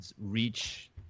reach